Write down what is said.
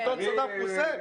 שלטון סדאם חוסיין?